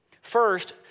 First